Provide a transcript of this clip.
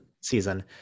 season